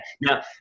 now